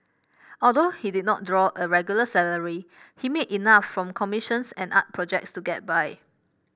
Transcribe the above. although he did not draw a regular salary he made enough from commissions and art projects to get by